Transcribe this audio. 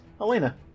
Elena